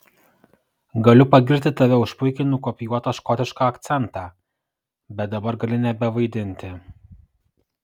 galiu pagirti tave už puikiai nukopijuotą škotišką akcentą bet dabar gali nebevaidinti